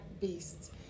beasts